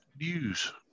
news